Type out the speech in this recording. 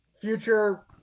future